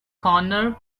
corner